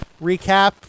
recap